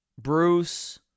Bruce